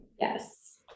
Yes